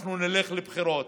אנחנו נלך לבחירות.